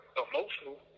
emotional